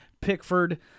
Pickford